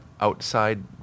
outside